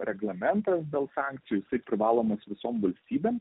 reglamentas dėl sankcijų tik privalomus visom valstybėm